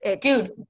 Dude